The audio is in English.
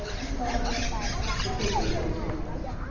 i thought the quivering voice broke off.